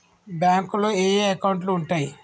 బ్యాంకులో ఏయే అకౌంట్లు ఉంటయ్?